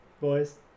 Boys